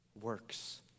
works